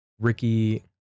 ricky